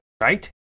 Right